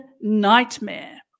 Nightmare